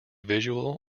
visual